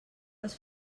les